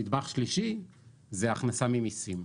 נדבך שלישי זה ההכנסה ממיסים.